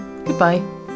Goodbye